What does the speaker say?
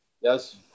Yes